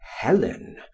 helen